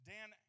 Dan